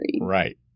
Right